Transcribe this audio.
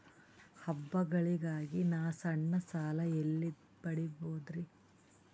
ಹಬ್ಬಗಳಿಗಾಗಿ ನಾ ಸಣ್ಣ ಸಾಲ ಎಲ್ಲಿ ಪಡಿಬೋದರಿ?